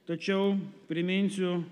tačiau priminsiu